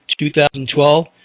2012